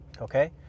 okay